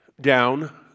down